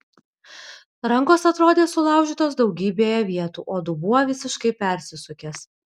rankos atrodė sulaužytos daugybėje vietų o dubuo visiškai persisukęs